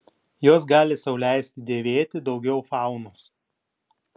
jos gali sau leisti dėvėti daugiau faunos